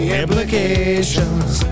implications